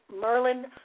Merlin